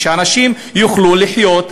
ואנשים יוכלו לחיות,